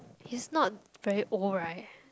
he's not very old right